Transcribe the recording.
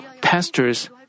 pastors